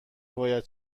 باید